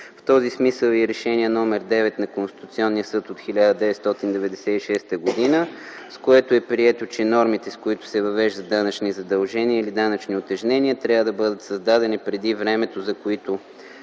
В този смисъл е и Решение № 9 на Конституционния съд от 1996 г., с което е прието, че нормите, с които се въвеждат данъчни задължения или данъчни утежнения, трябва да бъдат създадени преди времето, за които